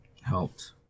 helped